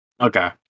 Okay